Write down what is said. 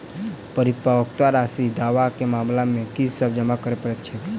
परिपक्वता राशि दावा केँ मामला मे की सब जमा करै पड़तै छैक?